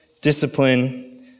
discipline